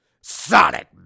Sonic